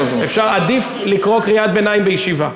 עדיף לקרוא קריאת ביניים בישיבה,